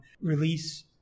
release